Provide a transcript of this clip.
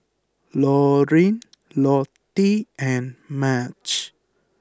Loreen Lottie and Madge